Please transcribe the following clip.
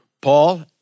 Paul